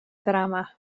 ddrama